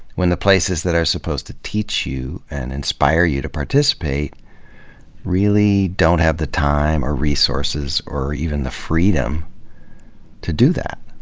when the places that are supposed to teach you and inspire you to participate really don't have the time or resources or even the freedom to do that?